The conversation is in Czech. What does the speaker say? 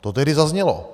To tehdy zaznělo.